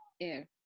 air